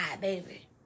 baby